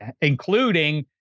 including